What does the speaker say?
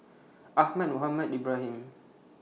Ahmad Mohamed Ibrahim